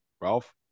Ralph